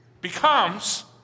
becomes